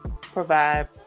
provide